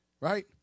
Right